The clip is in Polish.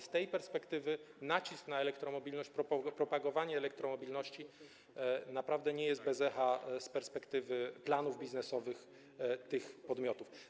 Z tej perspektywy nacisk na elektromobilność, propagowanie elektromobilności naprawdę nie pozostają bez echa z perspektywy planów biznesowych tych podmiotów.